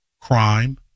Crime